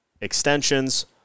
extensions